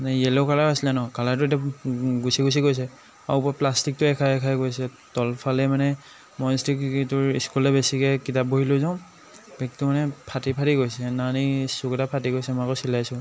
মানে yellow colour আছিলে ন কালাৰটো এতিয়া গুচি গুচি গৈছে আৰু ওপৰৰ প্লষ্টিকটো এৰ খাই এৰ খাই গৈছে তলফালে মানে মই ষ্ট্ৰিক্টলি তোৰ স্কুললৈ বেছিকৈ কিতাপ বহী লৈ যাওঁ বেগটো মানে ফাটি ফাটি গৈছে সেইদিনাখনি চুক এটা ফাটি গৈছে মই আকৌ চিলাইছোঁ